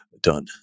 done